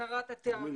הכרת התארים,